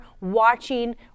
watching